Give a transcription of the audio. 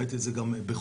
ראיתי את זה גם בחו"ל,